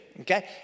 Okay